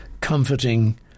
comforting